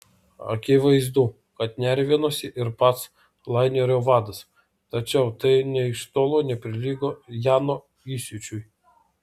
akivaizdu kad nervinosi ir pats lainerio vadas tačiau tai nė iš tolo neprilygo jano įsiūčiui